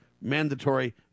mandatory